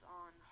on